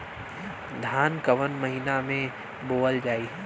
धान कवन महिना में बोवल जाई?